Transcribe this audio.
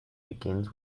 begins